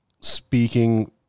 speaking